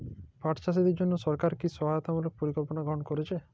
পাট চাষীদের জন্য সরকার কি কি সহায়তামূলক পরিকল্পনা গ্রহণ করেছে?